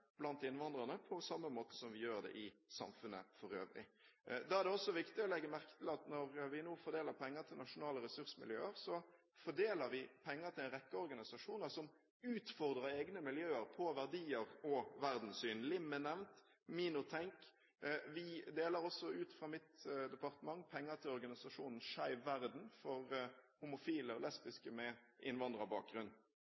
blant innvandrerne på samme måte som vi gjør det i samfunnet for øvrig. Da er det også viktig å legge merke til at når vi nå fordeler penger til nasjonale ressursmiljøer, fordeler vi penger til en rekke organisasjoner som utfordrer egne miljøer på verdier og verdenssyn. LIM er nevnt. Minotenk er en annen. Mitt departement deler også ut penger til organisasjonen Skeiv Verden, for homofile og